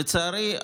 לצערי,